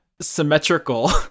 symmetrical